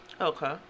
Okay